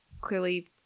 clearly